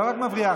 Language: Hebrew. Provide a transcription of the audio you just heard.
ולא רק מבריח,